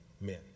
men